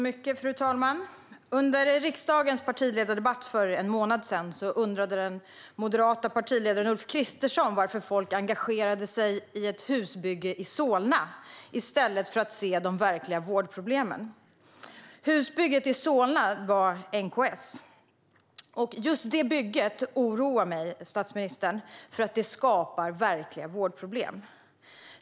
Fru talman! Under riksdagens partiledardebatt för en månad sedan undrade den moderate partiledaren Ulf Kristersson varför folk engagerade sig i ett husbygge i Solna i stället för att se de verkliga vårdproblemen. Husbygget i Solna var NKS. Just det bygget oroar mig, statsministern, eftersom det skapar verkliga vårdproblem.